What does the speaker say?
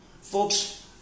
Folks